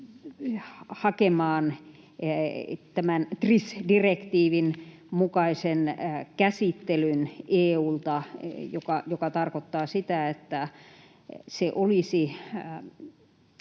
hakemaan tämän TRIS-direktiivin mukaisen käsittelyn EU:lta, mikä tarkoittaa sitä, että se olisi